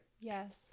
yes